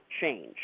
change